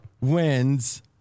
wins